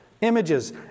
images